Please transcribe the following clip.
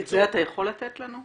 את זה אתה יכול לתת לנו?